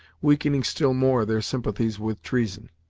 weakening still more their sympathies with treason.